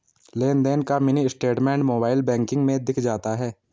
लेनदेन का mini statement mobile banking में दिख जाता है